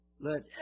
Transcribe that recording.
Let